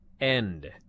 end